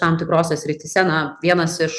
tam tikrose srityse na vienas iš